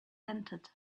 entered